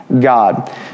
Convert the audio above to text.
God